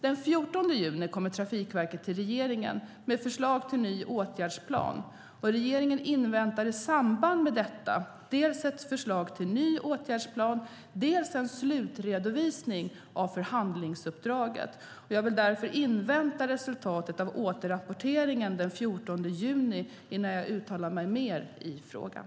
Den 14 juni inkommer Trafikverket till regeringen med förslag till ny åtgärdsplan. Regeringen inväntar i samband med detta dels ett förslag till ny åtgärdsplan, dels en slutredovisning av förhandlingsuppdraget. Jag vill därför invänta resultatet av återrapporteringen den 14 juni innan jag uttalar mig mer i frågan.